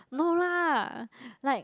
no lah like